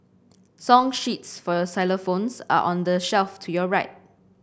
song sheets for xylophones are on the shelf to your right